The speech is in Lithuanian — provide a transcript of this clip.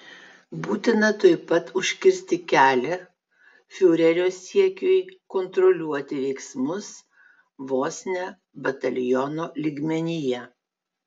būtina tuoj pat užkirsti kelią fiurerio siekiui kontroliuoti veiksmus vos ne bataliono lygmenyje